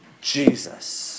Jesus